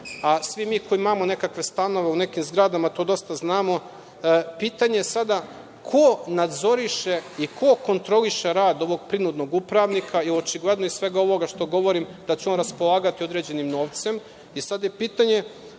a svi mi koji imamo neke stanove u nekim zgradama to dosta znamo, pitanje je ko nadzire i ko kontroliše rad ovog prinudnog upravnika, jer je očigledno iz svega ovog što govorim, da će on raspolagati određenim novcem. Pitanje